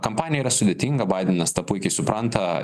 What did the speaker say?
kampanija yra sudėtinga baidenas tą puikiai supranta